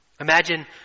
Imagine